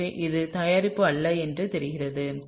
எனவே இது தயாரிப்பு அல்ல என்று தெரிகிறது